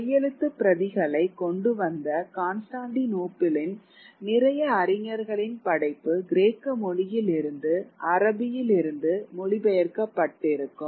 கையெழுத்துப் பிரதிகளை கொண்டுவந்த கான்ஸ்டான்டினோப்பிளின் நிறைய அறிஞர்களின் படைப்பு கிரேக்க மொழியிலிருந்து அரபியிலிருந்து மொழிபெயர்க்கப்பட்டிரருக்கும்